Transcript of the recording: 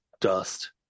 dust